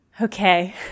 Okay